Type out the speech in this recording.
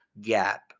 Gap